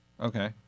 Okay